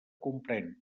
comprén